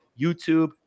YouTube